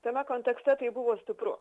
tame kontekste tai buvo stipru